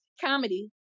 comedy